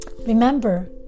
remember